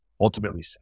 ultimately